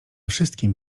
wszystkim